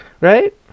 Right